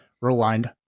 Rewind